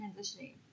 Transitioning